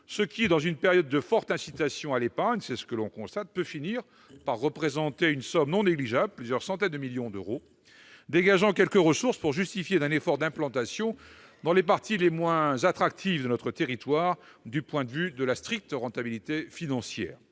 ce qui, dans une période de forte incitation à l'épargne, peut finir par représenter une somme non négligeable- plusieurs centaines de millions d'euros -, dégageant quelques ressources pour justifier un effort d'implantation dans les parties les moins attractives de notre territoire du point de vue de la stricte rentabilité financière.